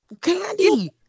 Candy